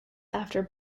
after